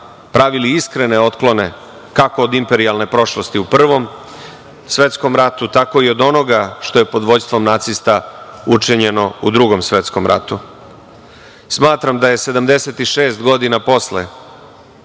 pravili iskrene otklone kako od imperijalne prošlosti u Prvom svetskom ratu, tako i od onoga što je pod vođstvom nacista učinjeno u Drugom svetskom ratu. Smatram da je 76 godina posle